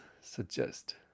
suggest